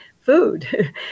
food